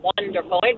wonderful